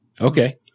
Okay